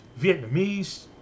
Vietnamese